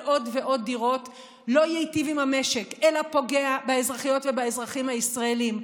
עוד ועוד דירות לא ייטיב עם המשק אלא פוגע באזרחיות ובאזרחים הישראלים.